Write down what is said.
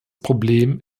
problem